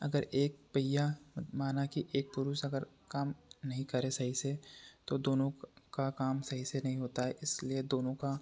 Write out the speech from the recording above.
अगर एक पहिया माना कि एक पुरुष अगर काम नहीं करे सही से तो दोनों का काम सही से नहीं होता है इसलिए दोनों का